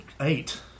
Eight